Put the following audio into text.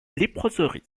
léproserie